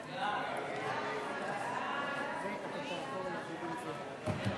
חוק הפיקוח על שירותים פיננסיים (קופות גמל) (תיקון